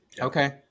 Okay